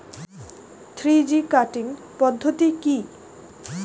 Three G cutting পদ্ধতি কি?